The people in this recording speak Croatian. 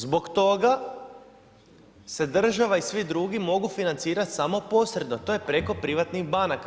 Zbog toga se država i svi drugi mogu financirati samo posredno, to je preko privatnih banaka.